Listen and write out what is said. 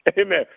Amen